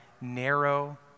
narrow